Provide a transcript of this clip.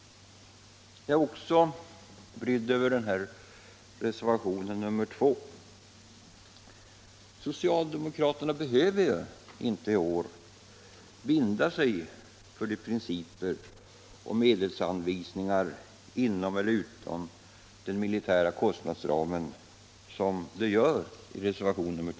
Jag är också brydd över reservationen nr 2. Socialdemokraterna behöver ju inte i år binda sig för principer och medelsanvisningar inom eller utom den militära kostnadsramen på det sätt som de gör i reservationen.